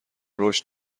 رشد